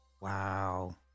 wow